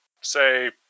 say